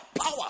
Power